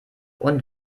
und